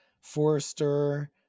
Forrester